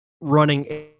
running